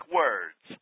words